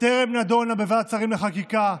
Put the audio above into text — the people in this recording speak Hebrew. טרם נדונה בוועדת שרים לחקיקה,